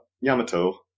Yamato